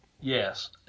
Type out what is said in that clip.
Yes